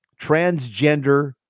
transgender